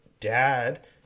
dad